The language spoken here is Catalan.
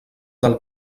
del